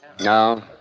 No